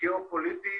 גיאו פוליטי